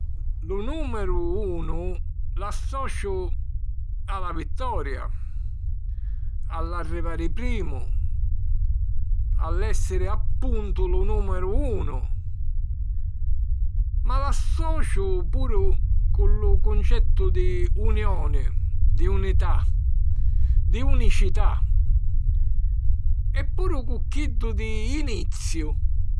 Lu nùmeru unu l'associu a la vittoria, a l'arrivari primu, a l'èssiri appuntu lu nùmeru unu. Ma l'associu puru cu lu cuncettu di unioni, di unità, di unicità. E puru cu chiddu di iniziu.